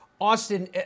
Austin